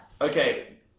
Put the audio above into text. Okay